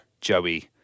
Joey